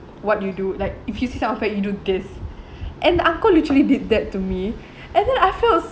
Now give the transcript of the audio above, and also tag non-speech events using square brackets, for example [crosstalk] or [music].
what do you do like if you see someone fat you do this [breath] and uncle literally did that to me [breath] and then I felt